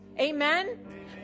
Amen